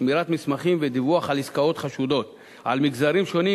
שמירת מסמכים ודיווח על עסקאות חשודות על מגזרים שונים,